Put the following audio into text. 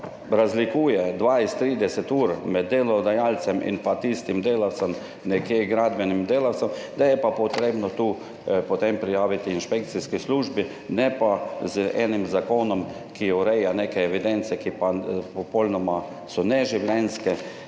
razlikuje za 20, 30 ur med delodajalcem in tistim gradbenim delavcem, je pa treba to potem prijaviti inšpekcijski službi, ne pa z enim zakonom, ki ureja neke evidence, ki so popolnoma neživljenjske.